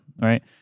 Right